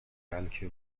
بلکه